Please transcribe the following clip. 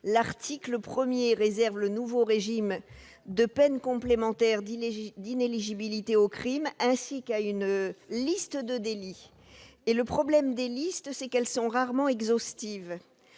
projet de loi réserve le nouveau régime de peines complémentaires d'inéligibilité aux crimes, ainsi qu'à une liste de délits. Or le problème des listes, c'est qu'elles sont rarement exhaustives.